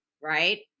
right